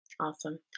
Awesome